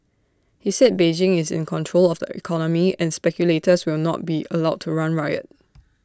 he said Beijing is in control of the economy and speculators will not be allowed to run riot